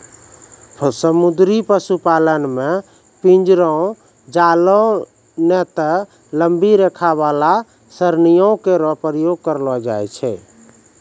समुद्री पशुपालन म पिंजरो, जालों नै त लंबी रेखा वाला सरणियों केरो प्रयोग करलो जाय छै